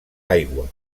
aigua